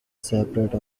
separate